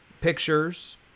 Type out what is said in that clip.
pictures